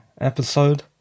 episode